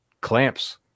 clamps